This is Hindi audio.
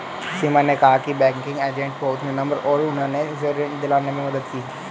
सीमा ने कहा कि बैंकिंग एजेंट बहुत विनम्र हैं और उन्होंने उसे ऋण दिलाने में मदद की